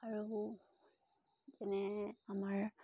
আৰু মানে আমাৰ